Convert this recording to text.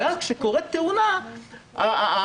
ואז כשקורית תאונה הפיצוי,